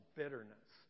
bitterness